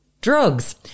drugs